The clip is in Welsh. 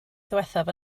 ddiwethaf